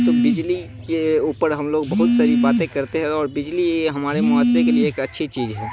تو بجلی کے اوپر ہم لوگ بہت ساری باتیں کرتے ہیں اور بجلی ہمارے معاشرے کے لیے ایک اچھی چیز ہے